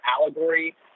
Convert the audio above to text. allegory